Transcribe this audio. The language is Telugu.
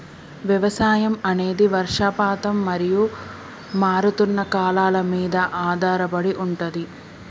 వ్యవసాయం అనేది వర్షపాతం మరియు మారుతున్న కాలాల మీద ఆధారపడి ఉంటది